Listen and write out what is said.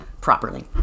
properly